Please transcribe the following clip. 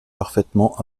parfaitement